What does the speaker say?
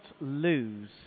lose